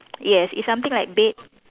yes it's something like beige